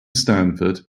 stanford